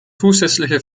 zusätzliche